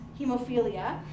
hemophilia